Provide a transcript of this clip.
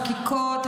חקיקות,